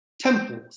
temples